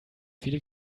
viele